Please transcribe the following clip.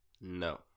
No